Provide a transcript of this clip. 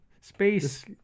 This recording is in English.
Space